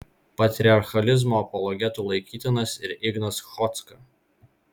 patriarchalizmo apologetu laikytinas ir ignas chodzka